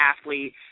athlete